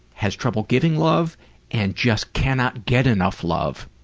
has trouble giving love and just cannot get enough love,